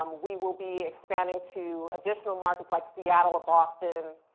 um we will be expanding to additional markets, like seattle, boston,